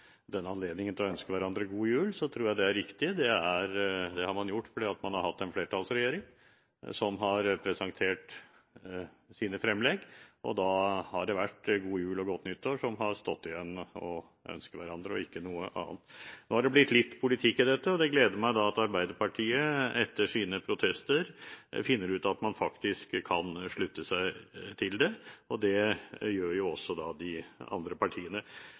denne anledningen til å ønske hverandre god jul, tror jeg det er riktig. Det har man gjort fordi man har hatt en flertallsregjering som har presentert sine fremlegg, og da har det vært god jul og godt nyttår som har stått igjen å ønske hverandre, og ikke noe annet. Nå har det blitt litt politikk i dette, og det gleder meg da at Arbeiderpartiet, etter sine protester, finner ut at man faktisk kan slutte seg til det. Det gjør jo også de andre partiene.